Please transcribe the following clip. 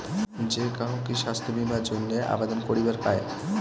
যে কাহো কি স্বাস্থ্য বীমা এর জইন্যে আবেদন করিবার পায়?